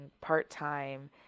part-time